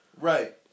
Right